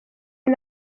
ari